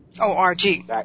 O-R-G